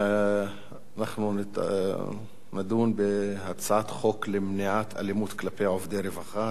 ואנחנו נדון בהצעת חוק למניעת אלימות כלפי עובדי רווחה,